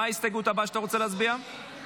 מה ההסתייגות הבאה שאתה רוצה להצביע עליה?